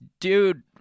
dude